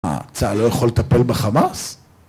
צה"ל לא יכול לטפול בחמאס?